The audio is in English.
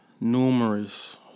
Numerous